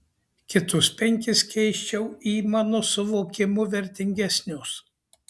kitus penkis keisčiau į mano suvokimu vertingesnius